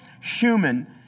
human